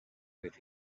with